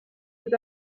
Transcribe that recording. cet